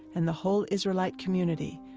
and the whole israelite community,